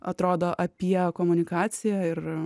atrodo apie komunikaciją ir